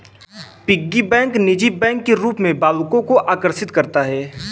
piggy bank निजी bank के रूप में बालकों को आकर्षित करता है